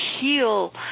heal